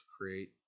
create